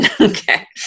okay